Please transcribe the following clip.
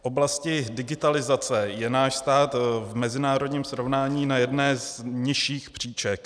V oblasti digitalizace je náš stát v mezinárodním srovnání na jedné z nižších příček.